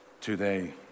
today